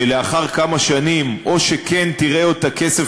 שלאחר כמה שנים או שכן תראה את הכסף